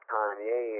Kanye